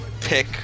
pick